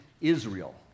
Israel